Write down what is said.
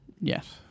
Yes